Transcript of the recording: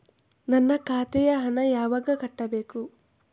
ನನ್ನ ಖಾತೆಗೆ ಹಣ ಯಾವಾಗ ಕಟ್ಟಬೇಕು?